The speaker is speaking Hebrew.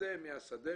שיוצא מהשדה,